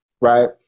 right